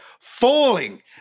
falling